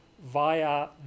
via